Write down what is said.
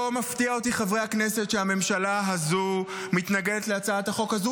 לא מפתיע אותי שהממשלה הזאת מתנגדת להצעת החוק הזאת,